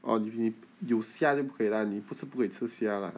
!wah! 你你有虾就不可以 lah 你不是不可以吃虾 lah